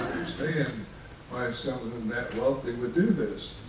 understand why someone that wealthy would do this.